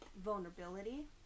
vulnerability